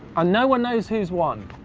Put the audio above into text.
and no one knows who's won.